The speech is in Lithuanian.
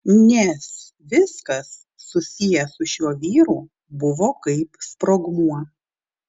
nes viskas susiję su šiuo vyru buvo kaip sprogmuo